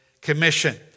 commission